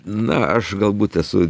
na aš galbūt esu